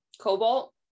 Cobalt